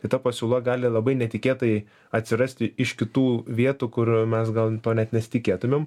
tai ta pasiūla gali labai netikėtai atsirasti iš kitų vietų kur mes gal to net nesitikėtumėm